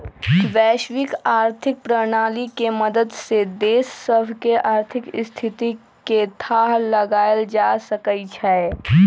वैश्विक आर्थिक प्रणाली के मदद से देश सभके आर्थिक स्थिति के थाह लगाएल जा सकइ छै